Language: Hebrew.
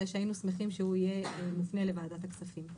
שהיינו שמחים שהוא יהיה מופנה לוועדת הכספים.